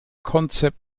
concept